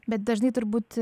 bet dažnai turbūt